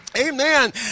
Amen